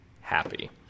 happy